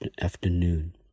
afternoon